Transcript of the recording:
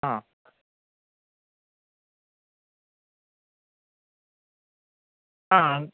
ആ ആ